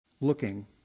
looking